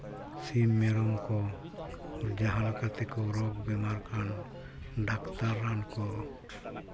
ᱥᱤᱢ ᱢᱮᱨᱚᱢ ᱠᱚ ᱡᱟᱦᱟᱸ ᱞᱮᱠᱟ ᱛᱮᱠᱚ ᱨᱳᱜᱽ ᱵᱤᱢᱟᱨ ᱠᱟᱱ ᱰᱟᱠᱛᱟᱨ ᱨᱟᱱ ᱠᱚ